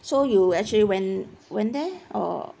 so you actually went went there or